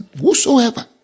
Whosoever